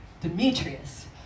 Demetrius